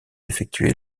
effectué